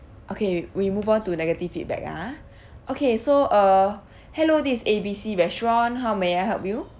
okay we move on to negative feedback ah okay so uh hello this is A B C restaurant how may I help you